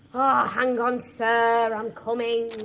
um ah hang on, sir, i'm coming!